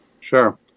Sure